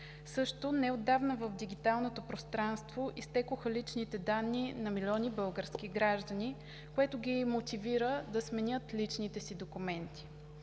Също неотдавна в дигиталното пространство изтекоха личните данни на милиони български граждани, което ги мотивира да сменят личните си документи.